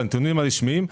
לנתונים הרשמיים,